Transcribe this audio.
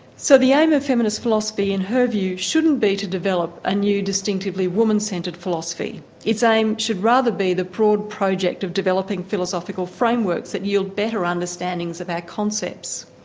so the aim of feminist philosophy, in her view, shouldn't be to develop a new distinctively woman-centred philosophy its aim should rather be the broad project of developing philosophical frameworks that yield better understandings of our concepts.